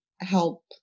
help